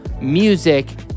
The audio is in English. music